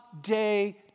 day